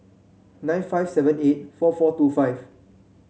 nine five seven eight four four two five